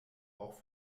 auch